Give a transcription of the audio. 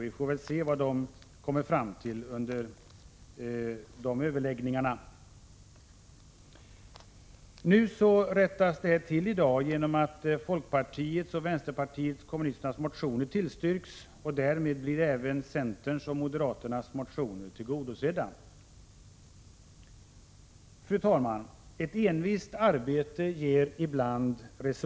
Vi får se vad man kommer fram till under de överläggningarna. Nu rättas detta till i dag genom att folkpartiets och vänsterpartiet kommunisternas motioner tillstyrks, och därmed blir även centerns och moderaternas motioner tillgodosedda. Fru talman! Ett envist arbete ger ibland resultat.